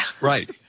Right